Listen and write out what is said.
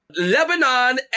Lebanon